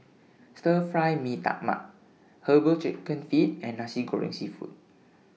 Stir Fry Mee Tai Mak Herbal Chicken Feet and Nasi Goreng Seafood